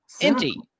empty